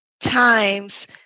times